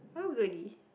oh goodie